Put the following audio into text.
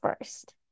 first